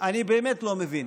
אני באמת לא מבין.